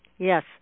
Yes